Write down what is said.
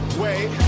wait